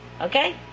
Okay